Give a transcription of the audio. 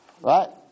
Right